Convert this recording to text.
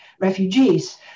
refugees